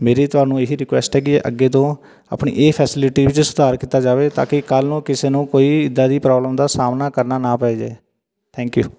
ਮੇਰੀ ਤੁਹਾਨੂੰ ਇਹੀ ਰਿਕੁਐਸਟ ਹੈ ਕਿ ਅੱਗੇ ਤੋਂ ਆਪਣੀ ਇਹ ਫੈਸਲਿਟੀ ਵਿੱਚ ਸੁਧਾਰ ਕੀਤਾ ਜਾਵੇ ਤਾਂ ਕਿ ਕੱਲ੍ਹ ਨੂੰ ਕਿਸੇ ਨੂੰ ਕੋਈ ਇੱਦਾਂ ਦੀ ਪ੍ਰੋਬਲਮ ਦਾ ਸਾਹਮਣਾ ਕਰਨਾ ਨਾ ਪੈ ਜੇ ਥੈਂਕ ਯੂ